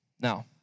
Now